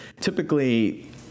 typically